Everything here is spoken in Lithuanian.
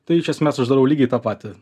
tai iš esmės aš darau lygiai tą patį